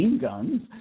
guns